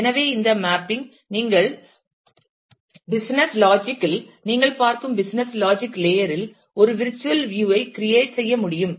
எனவே இந்த மேப்பிங் நீங்கள் பிசினஸ் லாஜிக் இல் நீங்கள் பார்க்கும் பிசினஸ் லாஜிக் லேயர் இல் ஒரு விர்ச்சுவல் வியூ ஐ கிரியேட் செய்ய முடியும்